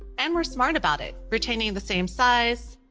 and we're smart about it, retaining the same size